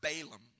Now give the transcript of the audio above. Balaam